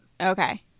Okay